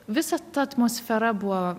visa ta atmosfera buvo